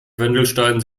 wendelstein